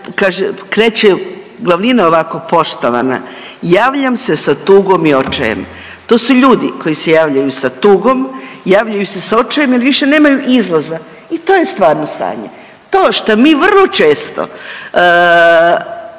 kreće glavnina ovako, poštovana javljam se sa tugom i očajem, to su ljudi koji se javljaju sa tugom, javljaju se sa očajem jel više nemaju izlaza i to je stvarno stanje. To šta mi vrlo često